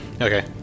Okay